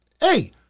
hey